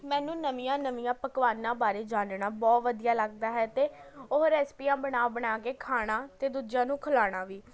ਮੈਨੂੰ ਨਵੀਆਂ ਨਵੀਆਂ ਪਕਵਾਨਾਂ ਬਾਰੇ ਜਾਨਣਾ ਬਹੁਤ ਵਧੀਆ ਲਗਦਾ ਹੈ ਅਤੇ ਉਹ ਰੈਸੀਪੀਆਂ ਬਣਾ ਬਣਾ ਕੇ ਖਾਣਾ ਅਤੇ ਦੂਜਿਆ ਨੂੰ ਖਲਾਣਾ ਵੀ